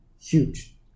huge